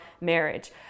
marriage